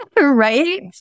right